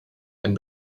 ein